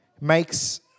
makes